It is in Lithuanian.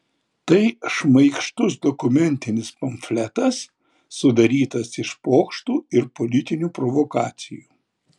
tai šmaikštus dokumentinis pamfletas sudarytas iš pokštų ir politinių provokacijų